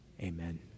Amen